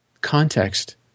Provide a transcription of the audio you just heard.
context –